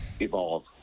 evolve